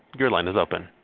your line is open.